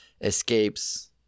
escapes